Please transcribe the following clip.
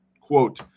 Quote